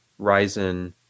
Ryzen